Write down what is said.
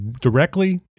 directly